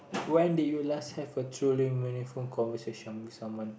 when did you last have a truly meaningful conversation with someone